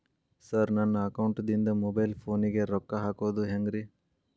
Sir ನನ್ನ ಅಕೌಂಟದಿಂದ mobile ಫೋನಿಗೆ ರೊಕ್ಕ ಹಾಕೋದು ಹೆಂಗ್ರಿ?